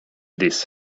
this